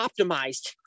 optimized